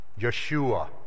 Yeshua